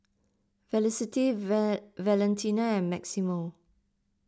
Felicity Valentina and Maximo